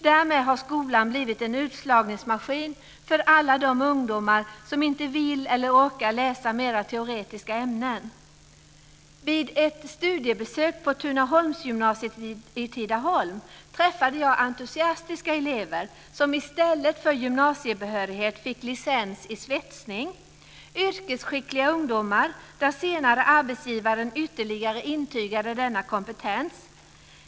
Därmed blir skolan en utslagningsmaskin för alla de ungdomar som inte vill eller orkar läsa mera teoretiska ämnen. Vid ett studiebesök på Tunaholmsgymnasiet i Tidaholm träffade jag entusiastiska elever som i stället för gymnasiebehörighet fick licens i svetsning - yrkesskickliga ungdomar vilkas kompetens senare intygades ytterligare av arbetsgivaren.